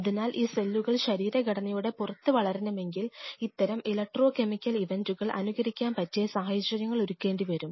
അതിനാൽ ഈ സെല്ലുകൾ ശരീരഘടനയുടെ പുറത്ത് വളരണമെങ്കിൽ ഇത്തരം ഇലക്ട്രോകെമിക്കൽ ഇവൻറുകൾ അനുകരിക്കാൻ പറ്റിയ സാഹചര്യങ്ങൾ ഒരുക്കേണ്ടി വരും